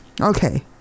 Okay